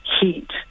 heat